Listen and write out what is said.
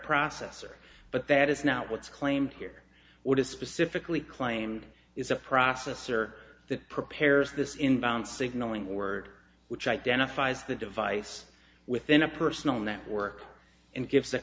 processor but that is not what's claimed here what is specifically claimed is a processor that prepares this inbound signalling word which identifies the device within a personal network and gives the